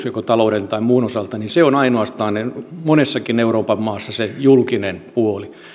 joko talouden tai muun osalta niin ainoastaan se on monessakin euroopan maassa se julkinen puoli